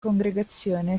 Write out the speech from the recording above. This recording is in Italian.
congregazione